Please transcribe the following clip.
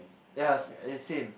ya it's same